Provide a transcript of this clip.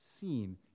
seen